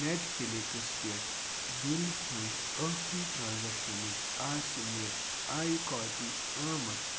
net فُلِکس پٮ۪ٹھ بِلہِ ہٕنٛز ٲخٕری ٹرٛانٛزیکشنٕکۍ آسہِ مےٚ آٮٔۍ کاپی آمٕژ